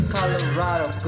Colorado